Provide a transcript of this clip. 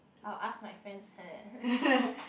I'll ask my friends